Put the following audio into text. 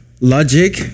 logic